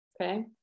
okay